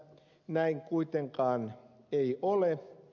näin kuitenkaan ei ole